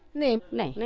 ne, ne, yeah